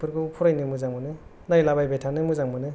बेफोरखौ फरायनो मोजां मोनो नायला बायबाय थानो मोजां मोनो